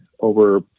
over